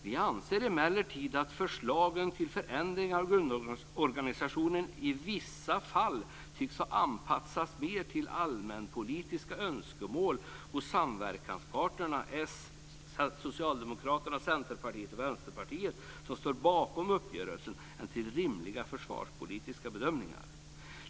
Vi anser emellertid att förslagen till förändringar av grundorganisationen i vissa fall tycks ha anpassats mer till allmänpolitiska önskemål hos samverkanspartierna Socialdemokraterna, Centern och Vänsterpartiet som står bakom uppgörelsen än till rimliga försvarspolitiska bedömningar.